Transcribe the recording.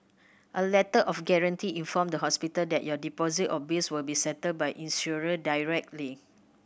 a Letter of Guarantee inform the hospital that your deposit or bills will be settled by insurer directly